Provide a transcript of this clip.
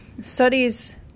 studies